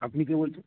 আপনি কে বলছেন